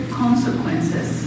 consequences